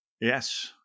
Yes